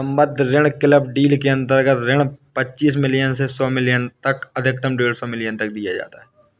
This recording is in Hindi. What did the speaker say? सम्बद्ध ऋण क्लब डील के अंतर्गत ऋण पच्चीस मिलियन से सौ मिलियन तक अधिकतम डेढ़ सौ मिलियन तक दिया जाता है